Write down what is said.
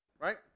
right